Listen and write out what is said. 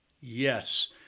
Yes